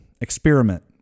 experiment